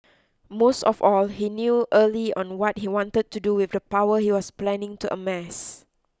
most of all he knew early on what he wanted to do with the power he was planning to amass